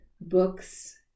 books